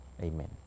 Amen